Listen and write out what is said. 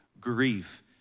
grief